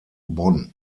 bonn